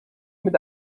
mit